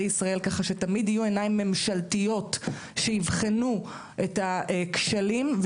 ישראל שתמיד יהיו עיניים ממשלתיות שיבחנו את הכשלים,